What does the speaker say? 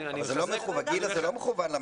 זה לא מכוון למשרד.